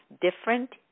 different